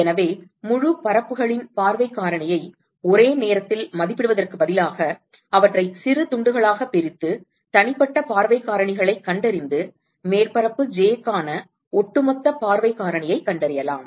எனவே முழுப் பரப்புகளின் பார்வைக் காரணியை ஒரே நேரத்தில் மதிப்பிடுவதற்குப் பதிலாக அவற்றைச் சிறு துண்டுகளாகப் பிரித்து தனிப்பட்ட பார்வைக் காரணிகளைக் கண்டறிந்து மேற்பரப்பு j க்கான ஒட்டுமொத்த பார்வைக் காரணியைக் கண்டறியலாம்